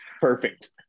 Perfect